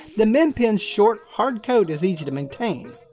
the min pin's short, hard coat is easy to maintain.